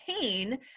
pain